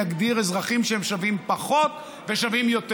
נגדיר אזרחים שהם שווים פחות ושווים יותר.